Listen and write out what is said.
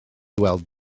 weld